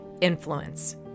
influence